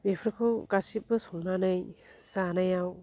बेफोरखौ गासिबो संनानै जानायाव